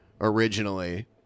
originally